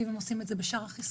אם הם עושים את זה בשאר החיסונים,